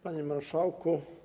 Panie Marszałku!